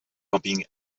camping